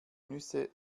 nüsse